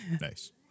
Nice